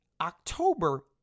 October